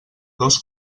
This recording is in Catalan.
dos